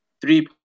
three